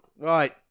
right